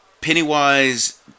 Pennywise